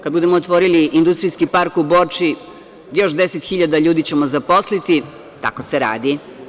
Kada budemo otvorili industrijski park u Borči, još 10.000 ljudi ćemo zaposliti, tako se radi.